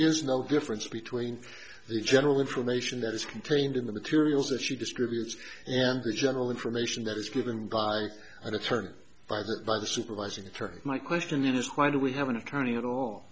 is no difference between the general information that is contained in the materials that she distributes and the general information that is given by an attorney by the by the supervising attorney my question is quite do we have an attorney at all